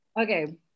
okay